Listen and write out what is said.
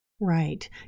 Right